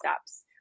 steps